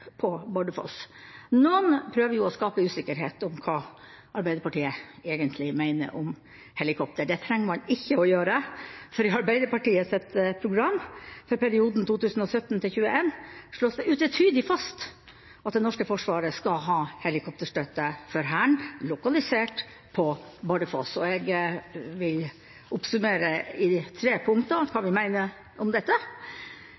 på Bardufoss. Noen prøver å skape usikkerhet om hva Arbeiderpartiet egentlig mener om helikoptre. Det trenger man ikke gjøre, for i Arbeiderpartiets program for perioden 2017–2021 slås det utvetydig fast at det norske forsvaret skal ha helikopterstøtte for Hæren lokalisert på Bardufoss. Jeg vil oppsummere i tre punkter